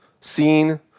seen